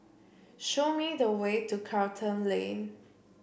show me the way to Charlton Lane